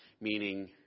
Meaning